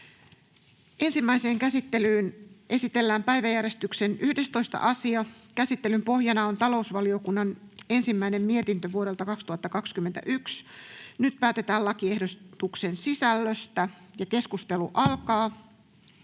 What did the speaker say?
Ensimmäiseen käsittelyyn esitellään päiväjärjestyksen 8. asia. Käsittelyn pohjana on sosiaali- ja terveysvaliokunnan mietintö StVM 45/2020 vp. Nyt päätetään lakiehdotusten sisällöstä. — Edustaja